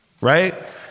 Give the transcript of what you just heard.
Right